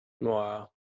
Wow